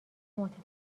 متفکر